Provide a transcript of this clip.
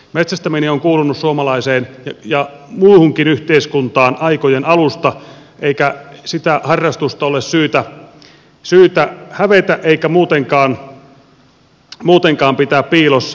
metsästäminen on kuulunut suomalaiseen ja muuhunkin yhteiskuntaan aikojen alusta eikä sitä harrastusta ole syytä hävetä eikä muutenkaan pitää piilossa